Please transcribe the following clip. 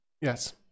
yes